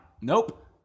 Nope